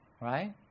Right